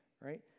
right